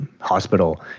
hospital